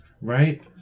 right